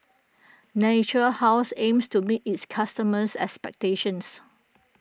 Natura House aims to meet its customers' expectations